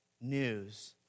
news